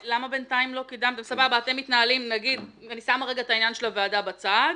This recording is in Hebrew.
אני שמה רגע את העניין של הוועדה בצד.